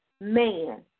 man